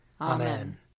Amen